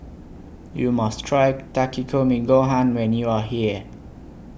YOU must Try Takikomi Gohan when YOU Are here